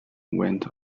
went